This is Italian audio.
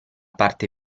parte